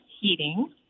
Heating